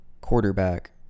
quarterback